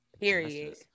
Period